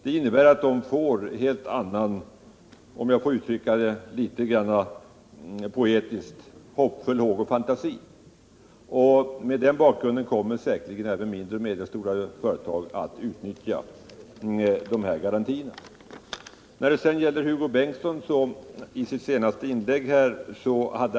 De kommer att få en helt annan — för att uttrycka det något poetiskt — hoppfull håg och fantasi. Mot den bakgrunden kommer säkert de mindre och medelstora företagen att utnyttja dessa garantier. ning.